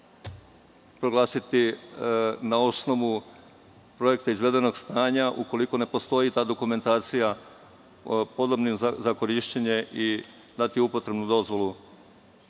proglasiti na osnovu projekta izvedenog stanja, ukoliko ne postoji ta dokumentacija, dati upotrebnu dozvolu,